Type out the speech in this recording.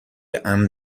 امن